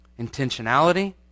intentionality